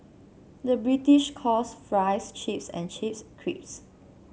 the British calls fries chips and chips crisps